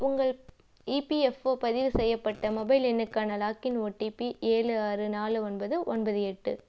உங்கள் இபிஎஃப்ஓ பதிவு செய்யப்பட்ட மொபைல் எண்ணுக்கான லாக்இன் ஒடிபி ஏழு ஆறு நாலு ஒன்பது ஒன்பது எட்டு